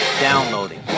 Downloading